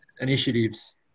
initiatives